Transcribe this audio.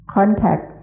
Contact